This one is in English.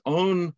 own